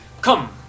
Come